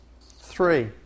Three